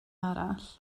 arall